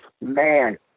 man